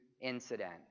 incident